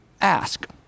ask